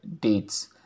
dates